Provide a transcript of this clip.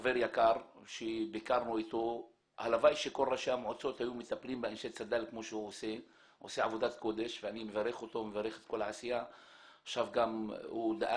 שיופעל רק על ידי אנשי צד"ל, תושבי מטולה ותושבי